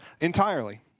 entirely